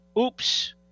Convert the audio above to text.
Oops